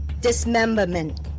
dismemberment